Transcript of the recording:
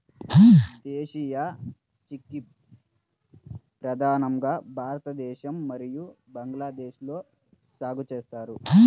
దేశీయ చిక్పీస్ ప్రధానంగా భారతదేశం మరియు బంగ్లాదేశ్లో సాగు చేస్తారు